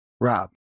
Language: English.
Rob